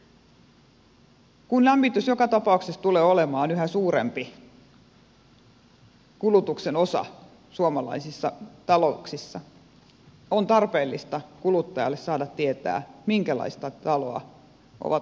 kun lämmitys joka tapauksessa tulee olemaan yhä suurempi osa kulutusta suomalaisissa talouksissa on tarpeellista kuluttajalle saada tietää minkälaista taloa on ostamassa